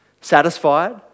Satisfied